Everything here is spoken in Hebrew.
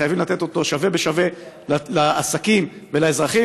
חייבים לתת אותו שווה בשווה לעסקים ולאזרחים,